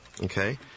Okay